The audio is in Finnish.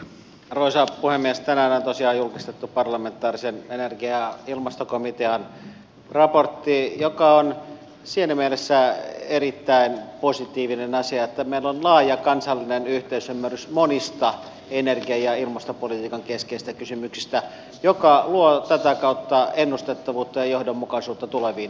tänään on tosiaan julkistettu parlamentaarisen energia ja ilmastokomitean raportti mikä on siinä mielessä erittäin positiivinen asia että meillä on laaja kansallinen yhteisymmärrys monista energia ja ilmastopolitiikan keskeisistä kysymyksistä mikä luo tätä kautta ennustettavuutta ja johdonmukaisuutta tuleviin energiapoliittisiin ratkaisuihin